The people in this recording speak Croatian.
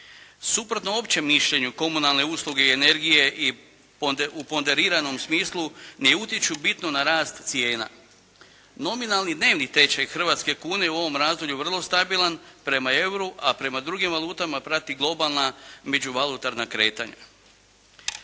Suprotno općem mišljenju komunalne usluge i energije u ponderiranom smislu ne utječu bitno na rast cijena. Nominalni dnevni tečaj hrvatske kune u ovom razdoblju je vrlo stabilan prema euru, a prema drugim valutama prati globalna međuvalutarna kretanja.